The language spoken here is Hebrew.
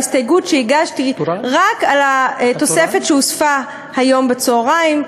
ההסתייגות שהגשתי רק על התוספת שהוספה היום בצהריים,